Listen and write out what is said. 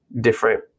different